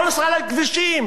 לא סלל כבישים,